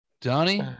Donnie